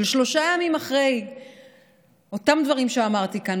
שלושה ימים אחרי אותם דברים שאמרתי כאן הם